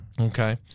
Okay